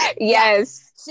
Yes